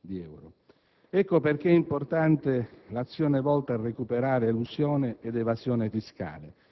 di euro. Ecco perché è importante l'azione volta a recuperare elusione ed evasione fiscale.